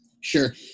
Sure